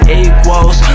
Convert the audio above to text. equals